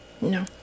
No